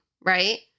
right